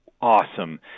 awesome